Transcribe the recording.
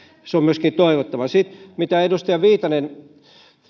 se on myöskin toivottavaa kun edustaja viitanen